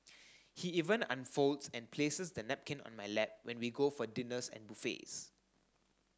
he even unfolds and places the napkin on my lap when we go for dinners and buffets